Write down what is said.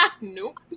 Nope